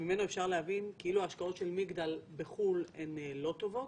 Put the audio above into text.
שממנו אפשר להבין כאילו ההשקעות של מגדל בחו"ל הן לא טובות,